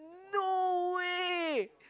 no way